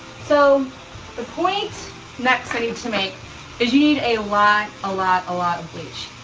so the point next i need to make is you need a lot, a lot, a lot of bleach.